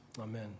amen